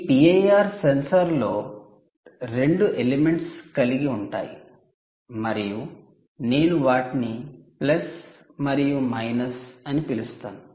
ఈ 'PIR sensor' లో 2 elements కలిగి ఉంటాయి మరియు నేను వాటిని 'ప్లస్' మరియు 'మైనస్' 'plus' and 'minus' అని పిలుస్తాను